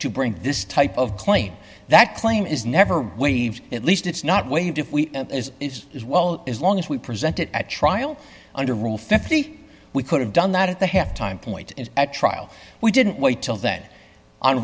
to bring this type of claim that claim is never waived at least it's not waived if we as is as well as long as we presented at trial under rule fifty we could have done that at the half time point at trial we didn't wait till then on